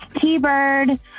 T-Bird